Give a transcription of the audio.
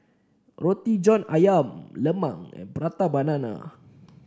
Roti John ayam Lemang and Prata Banana